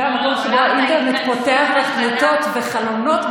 מהמקום שבו האינטרנט פותח לך דלתות וחלונות,